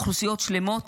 אוכלוסיות שלמות.